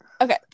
okay